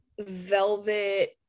velvet